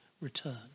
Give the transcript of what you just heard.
return